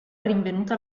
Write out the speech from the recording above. rinvenuto